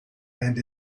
and